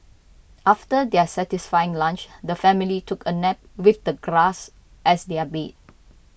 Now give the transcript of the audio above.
after their satisfying lunch the family took a nap with the grass as their bed